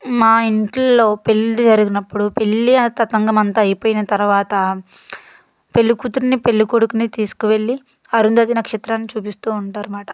మా ఇంట్లల్లో పెళ్లి జరిగినప్పుడు పెళ్లి ఆ తతంగం అంతా అయిపోయిన తరువాత పెళ్ళికూతుర్ని పెళ్లికొడుకుని తీసుకొని వెళ్లి అరుంధతి నక్షత్రాన్ని చూపిస్తూ ఉంటారనమాట